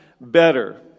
better